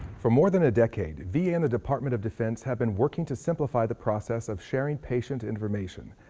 for more than a decade, v a. and the department of defense have been working to simplify the process of sharing patient information.